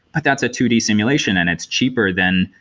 but that's a two d simulation and it's cheaper than,